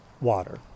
water